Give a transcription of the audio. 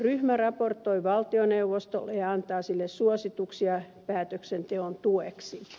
ryhmä raportoi valtioneuvostolle ja antaa sille suosituksia päätöksenteon tueksi